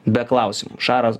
be klausimų šaras